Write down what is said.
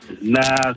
nah